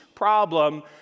problem